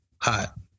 hot